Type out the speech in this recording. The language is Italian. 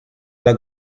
alla